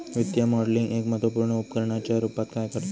वित्तीय मॉडलिंग एक महत्त्वपुर्ण उपकरणाच्या रुपात कार्य करता